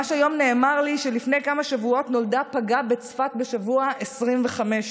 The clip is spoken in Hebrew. ממש היום נאמר לי שלפני כמה שבועות נולדה פגה בצפת בשבוע 25,